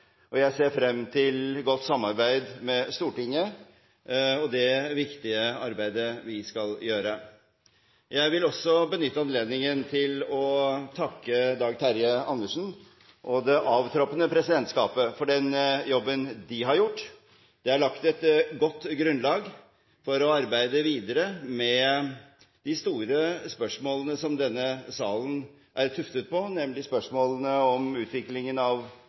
Jeg ser frem til godt samarbeid med Stortinget og det viktige arbeidet vi skal gjøre. Jeg vil også benytte anledningen til å takke Dag Terje Andersen og det avtroppende presidentskapet for den jobben de har gjort. Det er lagt et godt grunnlag for å arbeide videre med de store spørsmålene som denne salen er tuftet på, nemlig spørsmålene om utviklingen av